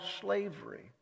slavery